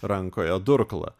rankoje durklą